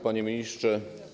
Panie Ministrze!